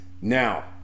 now